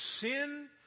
sin